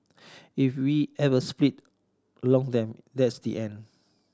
if we ever split along them that's the end